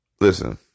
listen